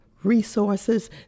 resources